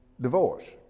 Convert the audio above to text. divorce